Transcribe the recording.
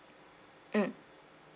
mm